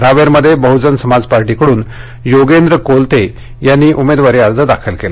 रावेरमध्ये बहुजन समाज पार्टीकडून योगेंद्र कोलते यांनी उमेदवारी अर्ज दाखल केला